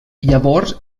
llavors